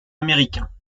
américains